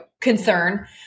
concern